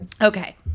Okay